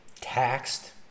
taxed